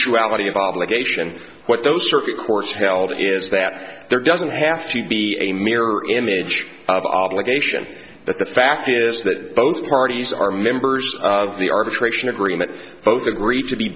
y of obligation what the circuit court held is that there doesn't have to be a mirror image of obligation but the fact is that both parties are members of the arbitration agreement both agree to be